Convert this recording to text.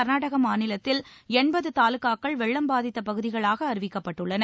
கர்நாடக மாநிலத்தில் தாலூகாக்கள் வெள்ளம் பாதித்த பகுதிகளாக அறிவிக்கப்பட்டுள்ளன